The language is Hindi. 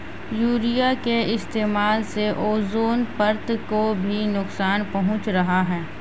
यूरिया के इस्तेमाल से ओजोन परत को भी नुकसान पहुंच रहा है